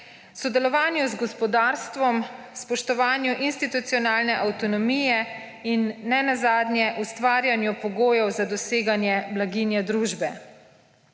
sodelovanju z gospodarstvom, spoštovanju institucionalne avtonomije in, nenazadnje, ustvarjanju pogojev za doseganje blaginje družbe.